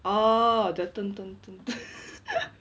oh the